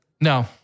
No